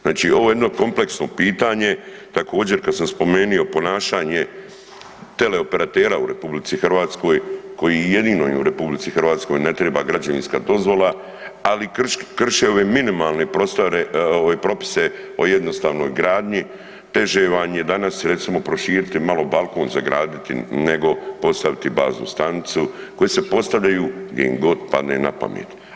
Znači ovo je jedno kompleksno pitanje, također, kad sam spomenuo ponašanje teleoperatera u RH, koji jedino u RH ne treba građevinska dozvola, ali krše ove minimalne prostore, propise o jednostavnoj gradnji, teže vam je danas recimo, proširiti malo balkon, zagraditi nego postaviti baznu stanicu koji se postavljaju gdje im god padne na pamet.